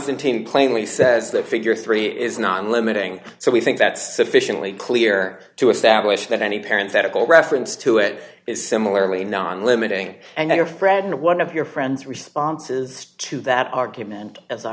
constantine plainly says the figure three is not limiting so we think that's sufficiently clear to establish that any parents medical reference to it is similarly non limiting and your friend one of your friends responses to that argument as i